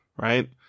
right